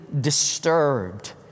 disturbed